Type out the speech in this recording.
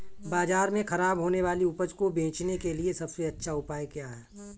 बाजार में खराब होने वाली उपज को बेचने के लिए सबसे अच्छा उपाय क्या है?